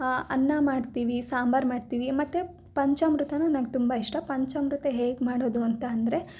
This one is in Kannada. ಅನ್ನ ಮಾಡ್ತೀವಿ ಸಾಂಬಾರು ಮಾಡ್ತೀವಿ ಮತ್ತು ಪಂಚಾಮೃತನೂ ನಂಗೆ ತುಂಬ ಇಷ್ಟ ಪಂಚಾಮೃತ ಹೇಗೆ ಮಾಡೋದು ಅಂತ ಅಂದರೆ